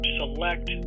select